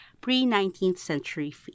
pre-19th-century